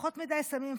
פחות מדי שמים פוקוס,